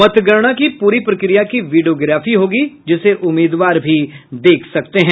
मतगणना की पूरी प्रक्रिया की वीडियोग्राफी होगी जिसे उम्मीदवार भी देख सकते हैं